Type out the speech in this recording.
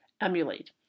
emulate